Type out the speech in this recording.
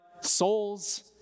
souls